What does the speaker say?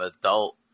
adult